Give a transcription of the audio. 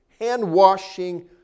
hand-washing